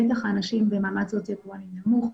בטח האנשים במעמד סוציו-אקונומית נמוך.